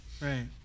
Right